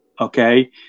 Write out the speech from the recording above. okay